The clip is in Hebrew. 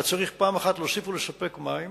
אתה צריך פעם אחת להוסיף ולספק מים